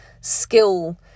skill